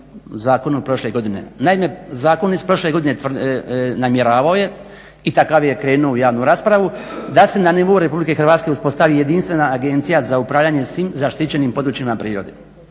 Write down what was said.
zakonu prošle godine. Naime, zakon iz prošle godine namjeravao i takav je krenuo u javnu raspravu, da se na naivu RH uspostavi jedinstvena agencija za upravljanje svim zaštićenim područjima prirode.